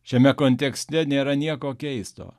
šiame kontekste nėra nieko keisto